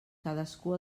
cadascú